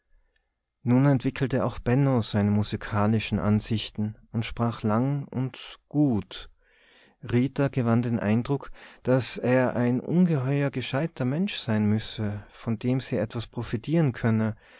nun entwickelte auch benno seine musikalischen ansichten und sprach lang und gut rita gewann den eindruck daß er ein ungeheuer gescheiter mensch sein müsse von dem sie etwas profitieren könne